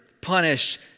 punished